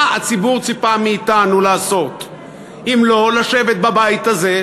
מה הציבור ציפה מאתנו לעשות אם לא לשבת בבית הזה,